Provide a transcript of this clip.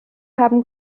haben